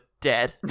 dead